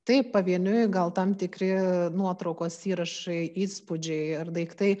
taip pavieniui gal tam tikri nuotraukos įrašai įspūdžiai ar daiktai